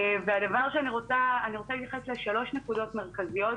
אני רוצה להתייחס לשלוש נקודות מרכזיות,